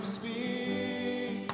speak